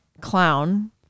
clown